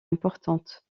importante